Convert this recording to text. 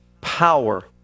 power